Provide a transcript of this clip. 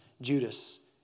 Judas